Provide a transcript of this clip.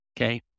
Okay